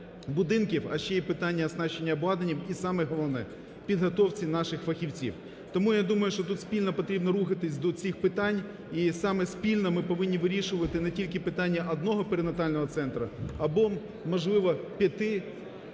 а ще й питання оснащення обладнанням, і саме головне – підготовці наших фахівців. Тому я думаю, що тут спільно потрібно рухатися до цих питань і саме спільно ми повинні вирішувати не тільки питання одного перинатального центру або, можливо, 5